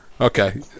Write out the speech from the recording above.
Okay